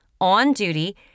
On-duty